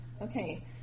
okay